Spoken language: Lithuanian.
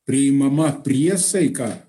priimama priesaika